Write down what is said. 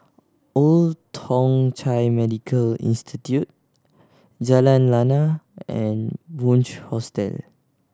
Old Thong Chai Medical Institute Jalan Lana and Bunc Hostel